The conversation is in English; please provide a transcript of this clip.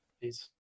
Peace